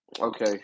Okay